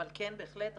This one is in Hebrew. אבל כן בהחלט ראינו,